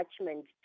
attachment